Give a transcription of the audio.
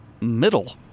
middle